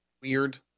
weird